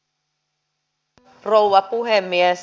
arvoisa rouva puhemies